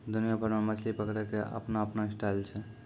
दुनिया भर मॅ मछली पकड़ै के आपनो आपनो स्टाइल छै